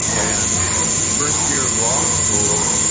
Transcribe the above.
and first year of law school,